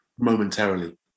momentarily